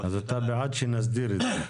אז אתה בעד שנסדיר את זה.